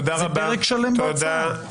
זה פרק שלם בהצעה.